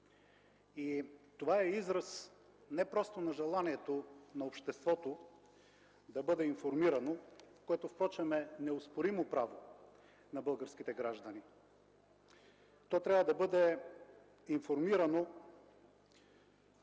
и това е израз не просто на желанието на обществото да бъде информирано, което впрочем е неоспоримо право на българските граждани, то трябва да бъде информирано